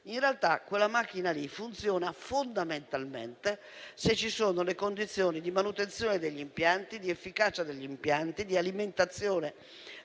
In realtà quella macchina funziona fondamentalmente se ci sono le condizioni di manutenzione degli impianti, di efficacia degli impianti, di alimentazione